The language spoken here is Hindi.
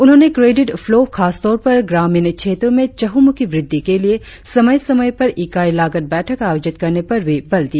उन्होंने क्रेडिट फ्लों खासतौर पर ग्रामीण क्षेत्रों मे चहुँमुखी वृद्धि के लिए समय समय पर इकाई लागत बैठक आयोजित करने पर भी बल दिया